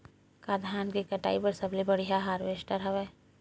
का धान के कटाई बर सबले बढ़िया हारवेस्टर हवय?